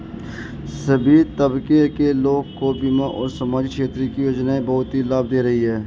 सभी तबके के लोगों को बीमा और सामाजिक क्षेत्र की योजनाएं बहुत ही लाभ दे रही हैं